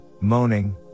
moaning